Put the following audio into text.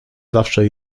zawsze